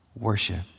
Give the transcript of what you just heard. Worship